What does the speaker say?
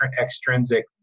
extrinsic